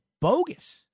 bogus